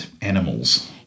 animals